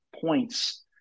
points